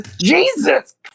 Jesus